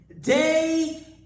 day